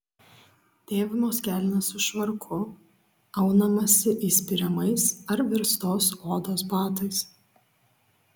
dėvimos kelnės su švarku aunamasi įspiriamais ar verstos odos batais